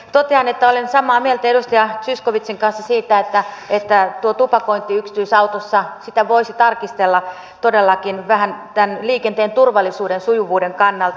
totean että olen samaa mieltä edustaja zyskowiczin kanssa siitä että tupakointia yksityisautossa voisi tarkistella todellakin vähän tämän liikenteen turvallisuuden sujuvuuden kannalta